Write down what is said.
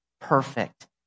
perfect